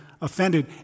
offended